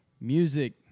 music